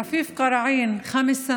רפיף קרעין, בן 5,